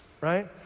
right